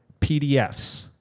PDFs